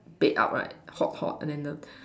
baked out right hot hot there's a